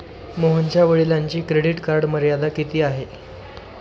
मोहनच्या वडिलांची credit card मर्यादा किती आहे?